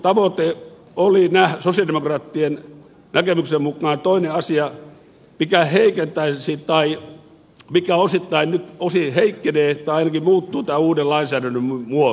julkisuustavoite oli sosialidemokraattien näkemyksen mukaan toinen asia mikä osittain nyt heikkenee tai ainakin muuttuu tämän uuden lainsäädännön myötä